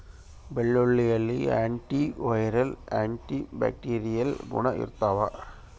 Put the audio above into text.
ಬೆಳ್ಳುಳ್ಳಿಯಲ್ಲಿ anti viral anti bacterial ಗುಣ ಇರ್ತಾವ